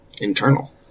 internal